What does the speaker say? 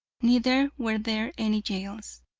neither were there any jails.